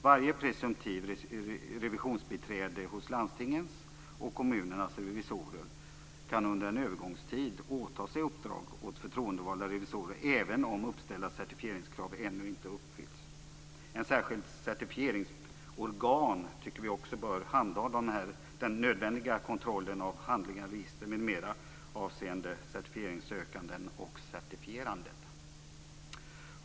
Varje presumtivt revisionsbiträde hos landstingens och kommunernas revisorer kan under en övergångstid åta sig uppdrag åt förtroendevalda revisorer även om uppställda certifieringskrav ännu inte uppfyllts. Ett särskilt certifieringsorgan bör handha den nödvändiga kontrollen av handlingar, register m.m.